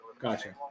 Gotcha